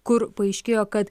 kur paaiškėjo kad